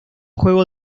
juego